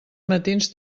matins